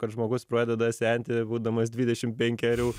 kad žmogus pradeda senti būdamas dvidešim penkerių